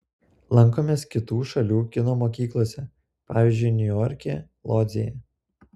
lankomės kitų šalių kino mokyklose pavyzdžiui niujorke lodzėje